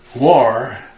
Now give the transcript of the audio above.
War